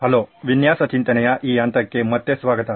hello ವಿನ್ಯಾಸ ಚಿಂತನೆಯ ಈ ಹಂತಕ್ಕೆ ಮತ್ತೆ ಸ್ವಾಗತ